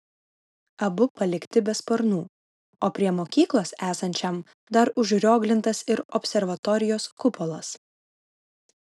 abu palikti be sparnų o prie mokyklos esančiam dar užrioglintas ir observatorijos kupolas